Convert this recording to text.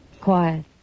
quiet